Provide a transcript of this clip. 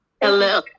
Hello